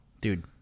Dude